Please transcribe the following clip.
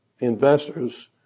investors